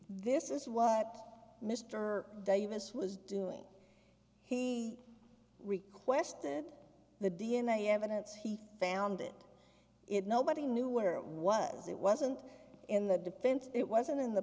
this is what mr davis was doing he requested the d n a evidence he found it it nobody knew where it was it wasn't in the defense it wasn't in the